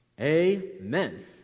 Amen